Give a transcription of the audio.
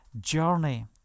journey